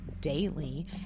daily